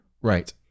Right